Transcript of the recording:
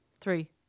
three